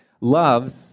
loves